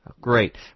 Great